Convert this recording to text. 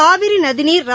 காவிரிநதிநீர் ர